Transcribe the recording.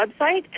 website